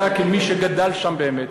אתה כמי שגדל שם באמת,